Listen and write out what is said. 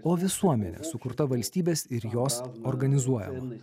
o visuomenė sukurta valstybės ir jos organizuojama